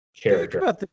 character